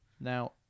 Now